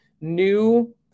new